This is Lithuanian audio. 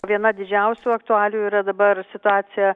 viena didžiausių aktualijų yra dabar situacija